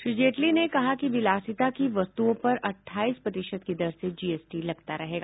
श्री जेटली ने कहा है कि विलासिता की वस्तुओं पर अठाईस प्रतिशत की दर से जीएसटी लगता रहेगा